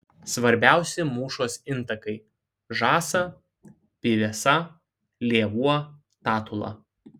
svarbiausi mūšos intakai žąsa pyvesa lėvuo tatula